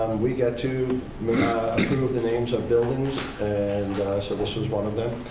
um and we get to approve the names of buildings and so this was one of them.